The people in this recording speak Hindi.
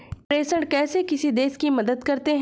प्रेषण कैसे किसी देश की मदद करते हैं?